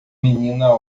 menina